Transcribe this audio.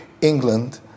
England